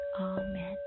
amen